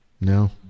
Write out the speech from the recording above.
no